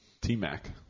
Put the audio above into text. T-Mac